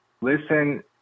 listen